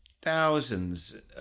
thousands